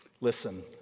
Listen